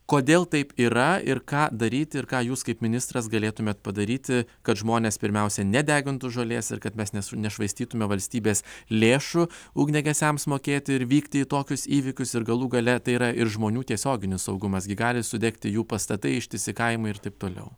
kodėl taip yra ir ką daryti ir ką jūs kaip ministras galėtumėt padaryti kad žmonės pirmiausia nedegintų žolės ir kad mes neš nešvaistytume valstybės lėšų ugniagesiams mokėti ir vykti į tokius įvykius ir galų gale tai yra ir žmonių tiesioginis saugumas gi gali sudegti jų pastatai ištisi kaimai ir taip toliau